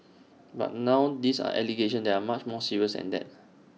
but now these are allegations that are much more serious than that